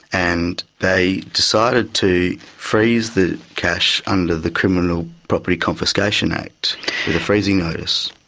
and they decided to freeze the cash under the criminal property confiscation act with a freezing notice.